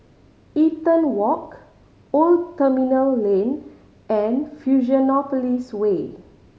Eaton Walk Old Terminal Lane and Fusionopolis Way